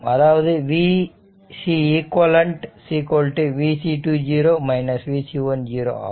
அதாவது v cq v C2 0 v C1 0 ஆகும்